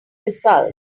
results